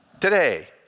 Today